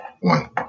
one